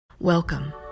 Welcome